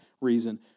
reason